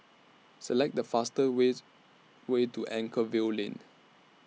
Select The fastest ways Way to Anchorvale Lane